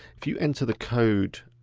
if you enter the code